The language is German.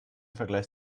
vergleich